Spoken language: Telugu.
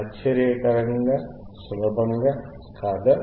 ఆశ్చర్యకరంగా సులభం కాదా